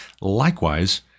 likewise